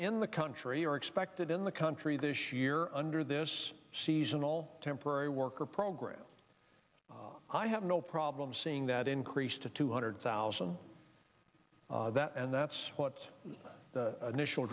in the country are expected in the country this year under this seasonal temporary worker program i have no problem seeing that increased to two hundred thousand and that's what the initial